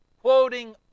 quoting